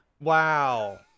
Wow